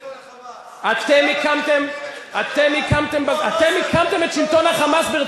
למה אתם לא מפילים את שלטון ה"חמאס"?